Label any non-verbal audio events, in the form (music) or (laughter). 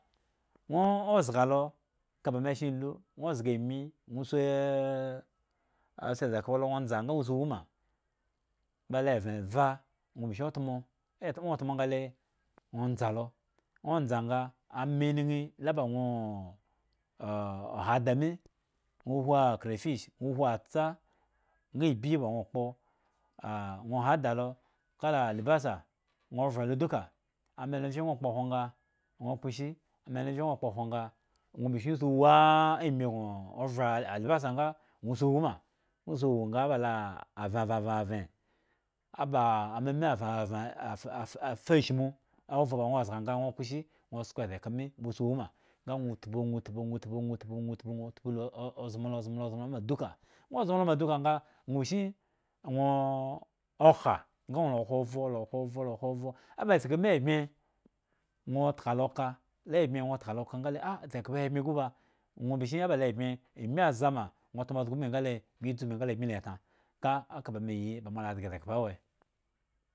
Nwoo zga lo kaba me shen lu nwo zga ami nwo shi "eeh" nwo si sekhpa lo ndza nga nwo si wu ma dele vre vha nwo bishin tmo (hesitation) otmo nga le nwo ndza lo nwo ndza nga ama inin la ba "nwoo oo" hada mii nwo hu akra fish nwo hu atsa nga ibyi ba nwo okpo (hesitation) nwo hada lo kala alibasa nwo vre lo duka ama he mvye nwo kpo khwo nga nwoo kposhi ama lo mvye nwo kpo khwo nga nwo bishin si wu (hesitation) ami gno vre alibasa nga si wu ma nwo si wu nga aba laa avava vren aba ama mi at at at afa shmu ovro ba nwo zga nga nwo kpoishi nwo sko sekhpa mi ba si wu ma nga nwo tpu nwo tpu nwo tpu nwo tpu nwo tpu nwo tpy lo o zmo lo zmolo zmo lo nwo zmo ma duka nwo zmo lo ma nga a nwoo okha nga nwo lo khwo ovro lo khwo ovro lo khwo ovro o ba sekgpa mi lo le abbiye nwo tka lo ka le bmye nwo tka lo ka nga he nwo ah sekhpa he bmye gu ba nwo bishin o ba le bmye ami aza ma nwo tmo zga ubmi nga le bmi dzu ubmi nga bmi le tna kaa ka ba me yi eka ba ma le zga sekhpsa awe